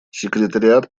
секретариат